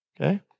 Okay